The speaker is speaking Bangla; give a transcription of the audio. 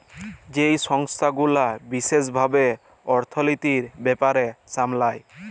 যেই সংস্থা গুলা বিশেস ভাবে অর্থলিতির ব্যাপার সামলায়